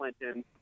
Clinton